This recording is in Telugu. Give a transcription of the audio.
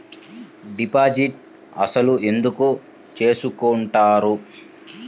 డిపాజిట్ అసలు ఎందుకు చేసుకుంటారు?